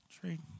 trade